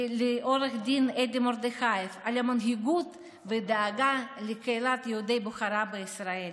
ולעו"ד אדי מורדכייב על המנהיגות והדאגה לקהילת יהודי בוכרה בישראל.